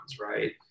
right